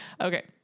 Okay